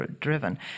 driven